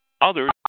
others